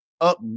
Up